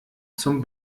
zum